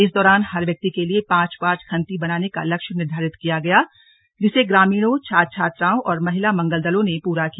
इस दौरान हर व्यक्ति के लिए पांच पांच खन्ती बनाने का लक्ष्य निर्धारित किया गया जिसे ग्रामीणों छात्र छात्राओं और महिला मंगल दलों ने पूरा किया